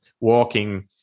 walking